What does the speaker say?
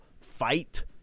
fight